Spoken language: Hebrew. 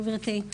גבירתי.